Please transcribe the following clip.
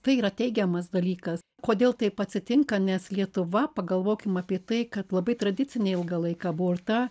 tai yra teigiamas dalykas kodėl taip atsitinka nes lietuva pagalvokim apie tai kad labai tradicinė ilgą laiką buo ir ta